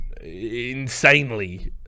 insanely